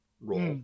role